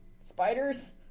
spiders